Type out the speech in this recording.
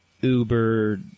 uber